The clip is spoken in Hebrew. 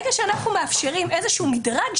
אנחנו מאפשרים איזה שהוא מדרג,